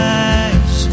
eyes